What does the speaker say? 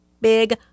big